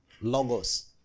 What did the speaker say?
Logos